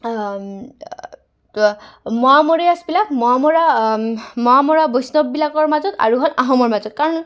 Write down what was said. মোৱামৰীয়া মোৱামৰীয়া বৈষ্ণৱবিলাকৰ মাজত আৰু হ'ল আহোমৰ মাজত কাৰণ